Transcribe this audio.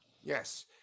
Yes